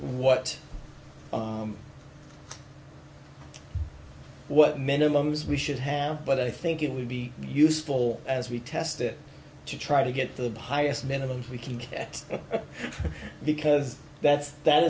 what minimum is we should have but i think it would be useful as we test it to try to get the highest minimum we can get because that's that